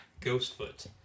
Ghostfoot